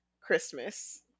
christmas